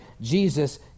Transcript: Jesus